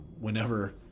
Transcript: whenever